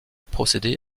procéder